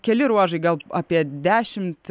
keli ruožai gal apie dešimt